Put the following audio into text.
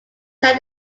said